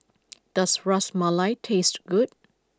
does Ras Malai taste good